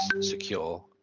secure